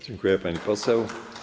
Dziękuję, pani poseł.